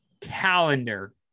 Calendar